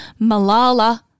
Malala